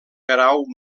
guerau